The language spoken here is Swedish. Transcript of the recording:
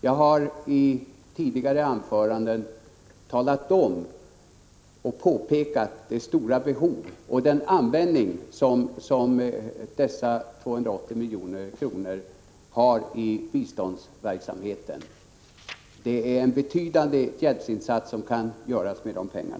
Jag har i tidigare anföranden talat om och påpekat de stora behov som finns och den användning som dessa 280 milj.kr. har i biståndsverksamheten. Det är en betydande hjälpinsats som kan göras med dessa pengar.